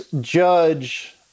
judge